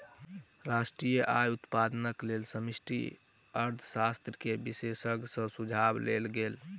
राष्ट्रीय आय आ उत्पादनक लेल समष्टि अर्थशास्त्र के विशेषज्ञ सॅ सुझाव लेल गेल